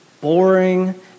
boring